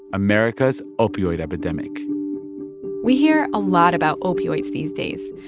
america's opioid epidemic we hear a lot about opioids these days.